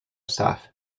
staff